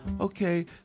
okay